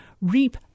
reap